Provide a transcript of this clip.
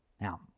Now